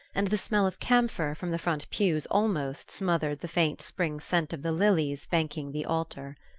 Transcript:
and the smell of camphor from the front pews almost smothered the faint spring scent of the lilies banking the altar.